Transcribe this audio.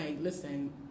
listen